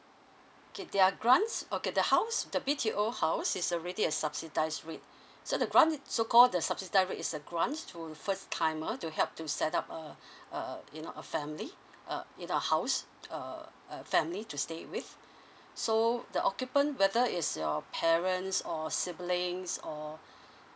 okay their grants okay the house the B_T_O house is already a subsidised rate so the grant so called the subsidised rate is a grant to first timer to help to set up uh uh you know a family uh in a house uh a family to stay with so the occupant whether is your parents or siblings or